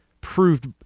proved